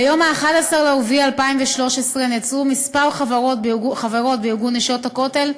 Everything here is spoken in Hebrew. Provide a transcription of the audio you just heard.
ביום 11 באפריל 2013 נעצרו כמה חברות בארגון "נשות הכותל"